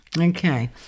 okay